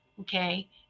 Okay